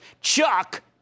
Chuck